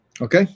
Okay